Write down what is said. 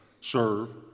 serve